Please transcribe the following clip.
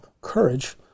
courage